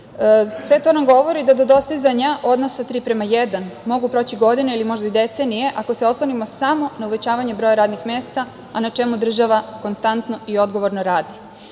to nam govori da do dostizanja odnosa 3:1 mogu proći godine ili možda i decenije ako se oslonimo samo na uvećavanje broja radnih mesta, a na čemu država konstantno i odgovorno